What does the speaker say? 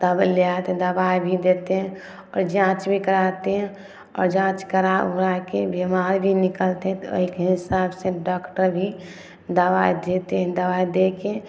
तब ले आते दवाइ भी देते आओर जाँच भी कराते आओर जाँच करा उराके बेमार भी निकलते तो ओहिके हिसाब से डॉक्टर भी दवाइ देते दवाइ देके